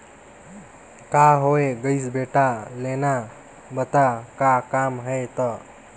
का होये गइस बेटा लेना बता का काम हे त